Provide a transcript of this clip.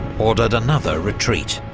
ordered another retreat.